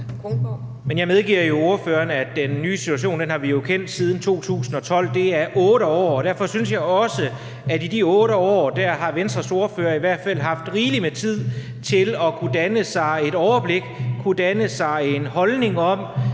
(S): Jeg medgiver ordføreren, at den nye situation har vi kendt til siden 2012. Det er 8 år, og derfor synes jeg også, at i de 8 år har Venstres ordfører i hvert fald haft rigelig med tid til at kunne danne sig et overblik og at kunne danne sig en holdning om,